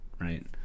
right